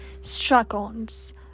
struggles